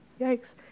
Yikes